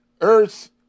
earth